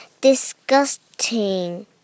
disgusting